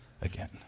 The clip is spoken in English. again